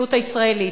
במציאות הישראלית.